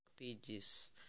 pages